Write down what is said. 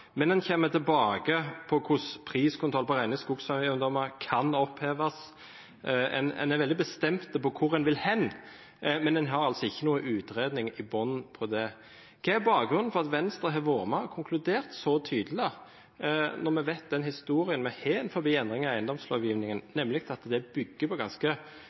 men en kommer tilbake til hvordan priskontroll på rene skogeiendommer kan oppheves. En er veldig bestemt på hvor en vil hen, men en har ingen utredning i bunnen. Hva er bakgrunnen for at Venstre har vært med og konkludert så tydelig, når vi vet hvilken historie vi har når det gjelder endringer i eiendomslovgivningen, nemlig at de bygger på ganske